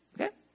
Okay